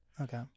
Okay